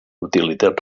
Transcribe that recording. utilitat